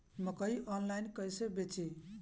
मकई आनलाइन कइसे बेची?